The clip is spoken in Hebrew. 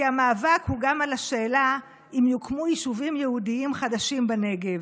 כי המאבק הוא גם על השאלה אם יוקמו יישובים יהודיים חדשים בנגב.